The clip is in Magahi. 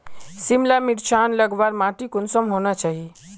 सिमला मिर्चान लगवार माटी कुंसम होना चही?